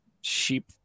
sheep